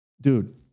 Dude